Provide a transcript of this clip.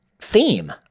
theme